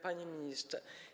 Panie Ministrze!